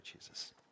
Jesus